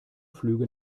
flüge